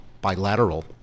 bilateral